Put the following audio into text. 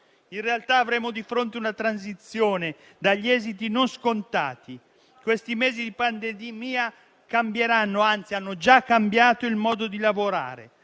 In realtà avremo di fronte una transizione dagli esiti non scontati. Questi mesi di pandemia cambieranno, anzi hanno già cambiato il modo di lavorare.